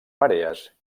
marees